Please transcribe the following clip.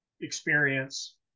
experience